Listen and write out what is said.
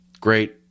great